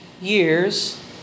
years